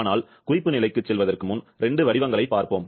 ஆனால் குறிப்பு நிலைக்குச் செல்வதற்கு முன் 2 வடிவங்களைப் பார்ப்போம்